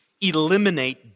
eliminate